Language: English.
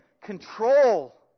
control